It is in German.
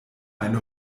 eine